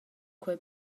quei